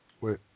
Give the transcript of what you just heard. Wait